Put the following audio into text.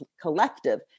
collective